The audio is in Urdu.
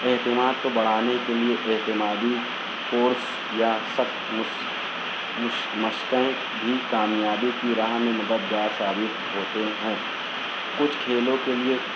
اعتماد کو بڑھانے کے لئے اعتمادی کورس یا سب مس مشقیں بھی کامیابی کی راہ میں مددگار ثابت ہوتے ہیں کچھ کھیلوں کے لیے